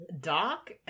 Doc